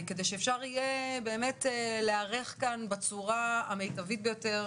כדי שאפשר יהיה להיערך כאן בצורה המיטבית ביותר